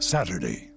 Saturday